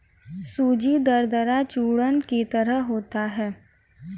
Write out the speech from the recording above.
सूजी दरदरा चूर्ण की तरह होता है